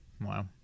Wow